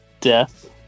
Death